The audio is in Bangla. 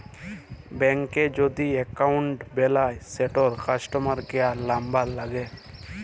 ব্যাংকে যদি এক্কাউল্ট বেলায় সেটর কাস্টমার কেয়ার লামবার ল্যাগে